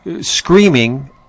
screaming